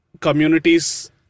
communities